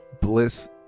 bliss